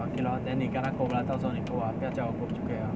err okay lor then 妳跟他 gope lah 到时候你 gope ah 不要叫我 gope 就可以 liao